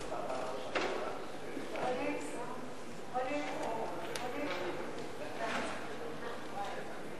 שר האוצר ד"ר יובל שטייניץ הקים ועדה ציבורית לבחינת גיל הפרישה לנשים.